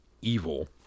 evil